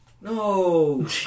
No